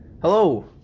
Hello